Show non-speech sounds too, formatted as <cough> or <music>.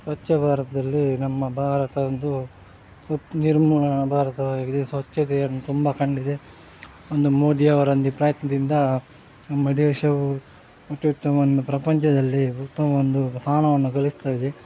ಸ್ವಚ್ಛ ಭಾರತದಲ್ಲಿ ನಮ್ಮ ಭಾರತ ಒಂದು <unintelligible> ನಿರ್ಮಲ ಭಾರತವಾಗಿದೆ ಸ್ವಚ್ಛತೆಯನ್ನು ತುಂಬ ಕಂಡಿದೆ ಒಂದು ಮೋದಿಯವರ ಒಂದು ಪ್ರಯತ್ನದಿಂದ ನಮ್ಮ ದೇಶವು ಅತ್ಯತ್ತಮವನ್ನು ಪ್ರಪಂಚದಲ್ಲಿ ಉತ್ತಮ ಒಂದು ಸ್ಥಾನವನ್ನು ಗಳಿಸ್ತಾ ಇದೆ